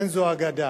אין זו אגדה.